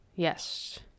Yes